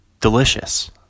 Delicious